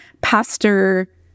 pastor